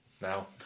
now